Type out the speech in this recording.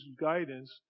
guidance